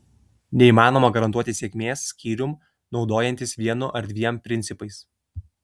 neįmanoma garantuoti sėkmės skyrium naudojantis vienu ar dviem principais